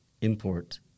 import